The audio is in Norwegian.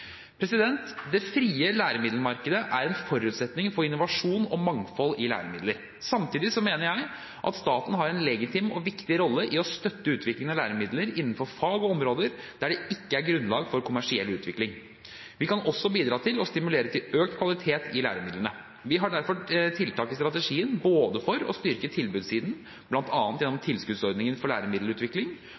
Det frie læremiddelmarkedet er en forutsetning for innovasjon og mangfold i læremidler. Samtidig mener jeg at staten har en legitim og viktig rolle i å støtte utviklingen av læremidler innenfor fag og områder der det ikke er grunnlag for kommersiell utvikling. Vi kan også bidra til å stimulere til økt kvalitet i læremidlene. Vi har derfor tiltak i strategien for å styrke tilbudssiden, bl.a. gjennom tilskuddsordningen for læremiddelutvikling,